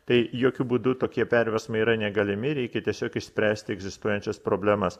tai jokiu būdu tokie perversmai yra negalimi reikia tiesiog išspręsti egzistuojančias problemas